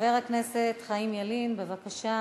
מאה אחוז.